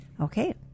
okay